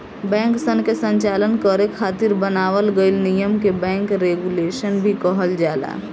बैंकसन के संचालन करे खातिर बनावल गइल नियम के बैंक रेगुलेशन भी कहल जाला